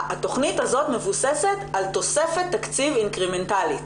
התכנית הזאת מבוססת על תוספת תקציב אינקרימנטלית.